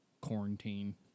quarantine